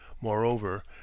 Moreover